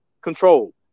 control